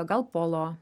gal polo